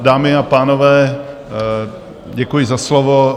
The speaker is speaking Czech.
Dámy a pánové, děkuji za slovo.